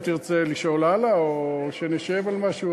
אם תרצה לשאול הלאה או שנשב על משהו,